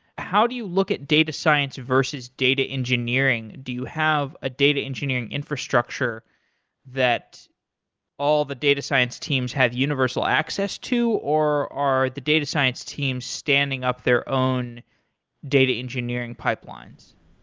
how do you look at data science versus data engineering? do you have a date engineering infrastructure that all the data science teams have universal access to or are the data science team standing up their own data engineering pipelines?